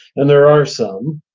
and there are some,